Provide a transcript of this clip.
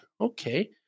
Okay